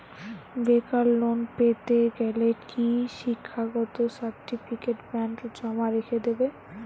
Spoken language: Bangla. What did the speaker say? বেকার লোন পেতে গেলে কি শিক্ষাগত সার্টিফিকেট ব্যাঙ্ক জমা রেখে দেবে?